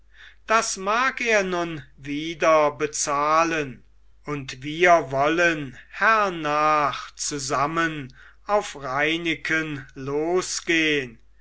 das mag er nun wieder bezahlen und wir wollen hernach zusammen auf reineken losgehn